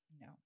No